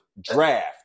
draft